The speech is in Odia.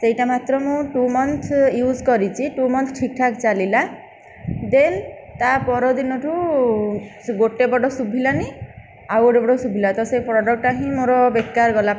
ସେଇଟା ମାତ୍ର ମୁଁ ଟୁ ମନ୍ଥ ୟୁଜ କରିଛି ଟୁ ମନ୍ଥ ଠିକ୍ ଠାକ୍ ଚାଲିଲା ଦେନ୍ ତା ପରଦିନଠୁ ସେ ଗୋଟିଏ ପଟ ଶୁଭିଲାନି ଆଉ ଗୋଟିଏ ପଟ ଶୁଭିଲା ତ ସେ ପ୍ରଡକ୍ଟଟା ହିଁ ମୋ'ର ବେକାର ଗଲା